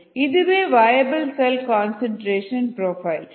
இதுவே viable cell concentration profile